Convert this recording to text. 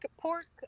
pork